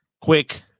quick